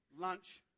lunch